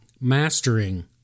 mastering